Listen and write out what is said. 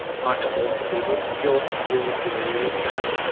trying to talk to people if you're really serious about it,